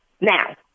Now